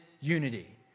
unity